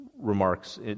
remarks